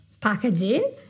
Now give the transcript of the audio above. packaging